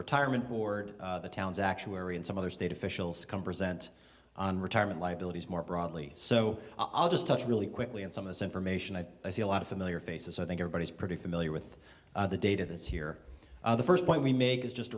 retirement board the town's actuary and some other state officials come present on retirement liabilities more broadly so i'll just touch really quickly and some of this information i see a lot of familiar faces i think everybody's pretty familiar with the data that's here the first point we make is just